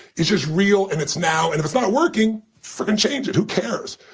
it's just real and it's now. and if it's not working, freaking change it. who cares?